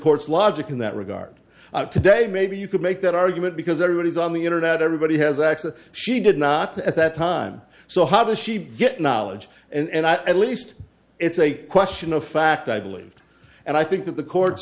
court's logic in that regard today maybe you could make that argument because everybody is on the internet everybody has access she did not at that time so how does she get knowledge and i at least it's a question of fact i believe and i think that the court